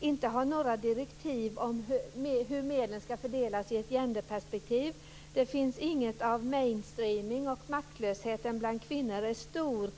inte har några direktiv om hur Östersjömiljarden ska fördelas i ett genederperspektiv. Det finns inget av mainstreaming, och maktlösheten bland kvinnor är stor.